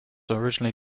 originally